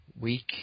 week